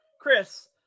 chris